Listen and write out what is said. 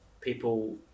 people